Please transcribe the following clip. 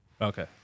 Okay